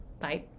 Bye